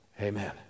Amen